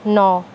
ন